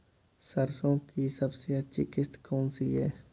सरसो की सबसे अच्छी किश्त कौन सी है?